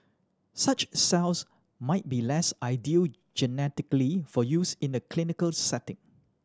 such cells might be less ideal genetically for use in the clinical setting